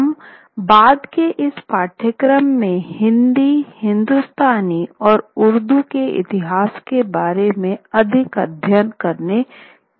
हम बाद में इस पाठ्यक्रम में हिंदी हिंदुस्तानी और उर्दू के इतिहास के बारे में अधिक अध्ययन करने जा रहे हैं